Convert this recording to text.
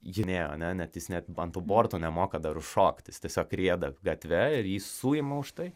ji nėjo ane net jis ne ant to borto nemoka dar užšokt jis tiesiog rieda gatve ir jį suima už tai